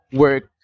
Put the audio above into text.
work